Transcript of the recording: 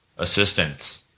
Assistance